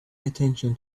attention